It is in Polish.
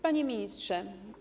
Panie Ministrze!